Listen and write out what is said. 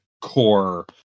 core